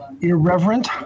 Irreverent